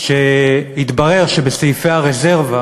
כשהתברר שבסעיפי הרזרבה,